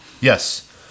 Yes